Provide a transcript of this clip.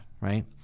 right